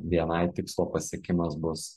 bni tikslo pasiekimas bus